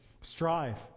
Strive